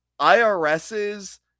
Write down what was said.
IRS's